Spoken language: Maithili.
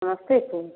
समस्तीपुर